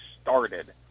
started